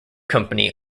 company